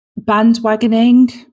bandwagoning